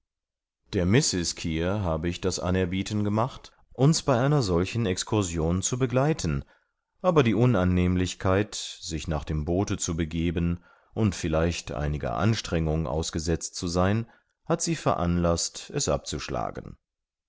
der mrs kear habe ich das anerbieten gemacht uns bei einer solchen excursion zu begleiten aber die unannehmlichkeit sich nach dem boote zu begeben und vielleicht einiger anstrengung ausgesetzt zu sein hat sie veranlaßt es abzuschlagen